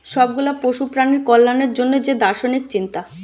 সব গুলা পশু প্রাণীর কল্যাণের জন্যে যে দার্শনিক চিন্তা